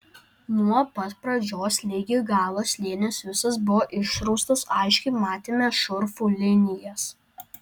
nuo pat pradžios ligi galo slėnis visas buvo išraustas aiškiai matėme šurfų linijas